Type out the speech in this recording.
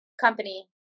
company